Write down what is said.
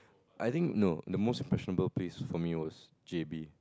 I think no the most impressionable place for me was J_B